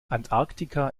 antarktika